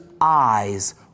eyes